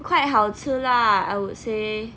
quite 好吃 lah I would say